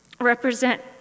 represent